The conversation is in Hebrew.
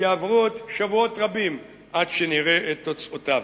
ויעברו עוד שבועות רבים עד שנראה את תוצאותיו.